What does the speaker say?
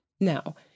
Now